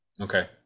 okay